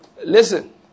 Listen